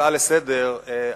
הצעה לסדר-היום,